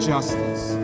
justice